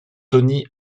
tony